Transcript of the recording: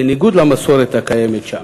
בניגוד למסורת הקיימת שם.